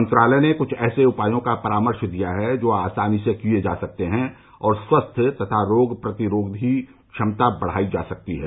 मंत्रालय ने क्छ ऐसे उपायों का परामर्श जारी किया है जो आसानी से किए जा सकते हैं और स्वास्थ्य तथा रोग प्रतिरोधी क्षमता बढ़ाई जा सकती है